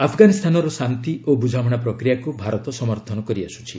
ଆଫଗାନିସ୍ତାନର ଶାନ୍ତି ଓ ବୁଝାମଣା ପ୍ରକ୍ରିୟାକୁ ଭାରତ ସମର୍ଥନ କରିଆସୁଛି